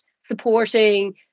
supporting